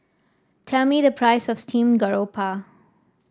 tell me the price of Steamed Garoupa